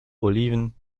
oliven